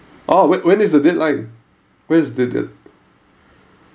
ah wh~ when is the deadline when is the the